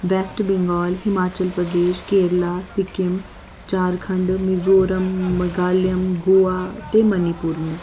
waste Bengal Himachal Pradesh Kerala Sikkim Jharkhand Mizoram Meghalaya Goa ते मणिपुर न